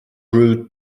brew